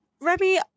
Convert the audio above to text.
Remy